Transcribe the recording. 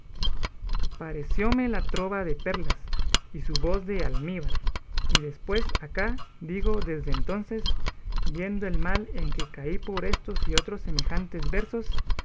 parecióme la trova de perlas y su voz de almíbar y después acá digo desde entonces viendo el mal en que caí por estos y otros semejantes versos